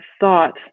thought